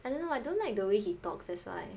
I don't know I don't like the way he talks that's why